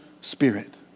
spirit